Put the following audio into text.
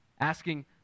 Asking